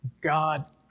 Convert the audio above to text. God